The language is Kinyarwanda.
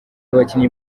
abakinnyi